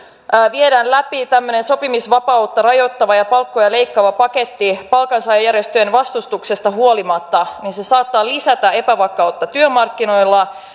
viedään läpi tämmöinen sopimisvapautta rajoittava ja palkkoja leikkaava paketti palkansaajajärjestöjen vastustuksesta huolimatta niin se saattaa lisätä epävakautta työmarkkinoilla